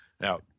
Now